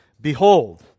Behold